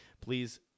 please